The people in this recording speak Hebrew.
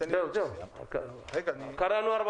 קראנו ארבע